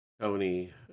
Tony